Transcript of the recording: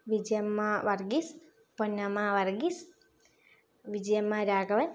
Vijayamma Varghese Ponnamma Varghese Vijayamma Raghavan